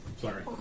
Sorry